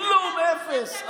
כלום, אפס.